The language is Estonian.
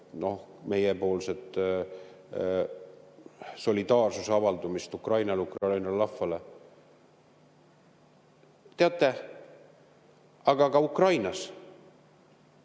meiepoolse solidaarsuse avaldamist Ukrainale, Ukraina rahvale. Teate, aga ka Ukrainas